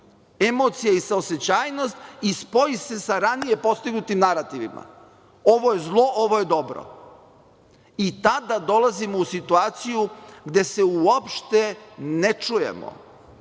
emocije i saosećajnost i spoji se sa ranije postignutim narativima - ovo je zlo, ovo je dobro. I tada dolazimo u situaciju gde se uopšte ne čujemo,